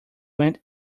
went